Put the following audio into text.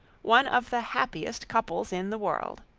one of the happiest couples in the world.